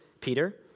Peter